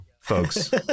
folks